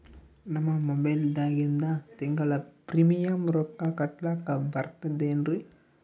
ನಮ್ಮ ಮೊಬೈಲದಾಗಿಂದ ತಿಂಗಳ ಪ್ರೀಮಿಯಂ ರೊಕ್ಕ ಕಟ್ಲಕ್ಕ ಬರ್ತದೇನ್ರಿ?